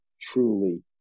truly